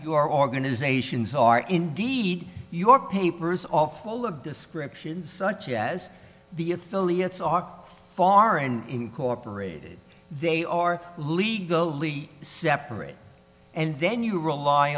your organisations are indeed your papers all full of descriptions such as the affiliates are far and incorporated they are legally separate and then you rely